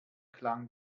klang